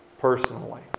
personally